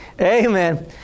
Amen